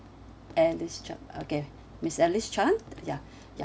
alice chan okay miss alice chan ya ya